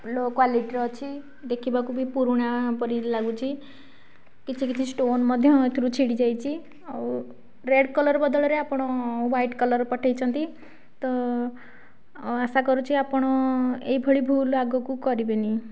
ଲୋ କ୍ଵାଲିଟିର ଅଛି ଦେଖିବାକୁ ବି ପୁରୁଣା ପରି ଲାଗୁଛି କିଛି କିଛି ଷ୍ଟୋନ ମଧ୍ୟ ଏଥିରୁ ଛିଡ଼ିଯାଇଛି ଆଉ ରେଡ଼୍ କଲର ବଦଳରେ ଆପଣ ହ୍ୱାଇଟ୍ କଲର ପଠେଇଛନ୍ତି ତ ଓ ଆଶାକରୁଛି ଆପଣ ଏହିଭଳି ଭୁଲ ଆଗକୁ କରିବେନି